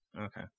Okay